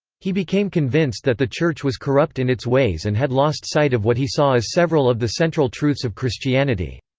he became convinced that the church was corrupt in its ways and had lost sight of what he saw as several of the central truths of christianity.